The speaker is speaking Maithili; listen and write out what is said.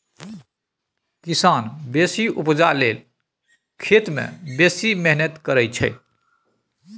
किसान बेसी उपजा लेल खेत मे बेसी मेहनति करय छै